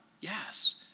Yes